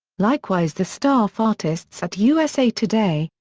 likewise the staff artists at usa today,